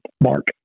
Mark